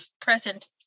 present